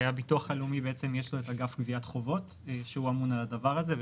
בביטוח הלאומי יש את אגף גביית חובות שאמון על הדבר הזה.